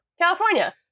California